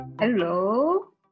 hello